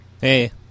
Hey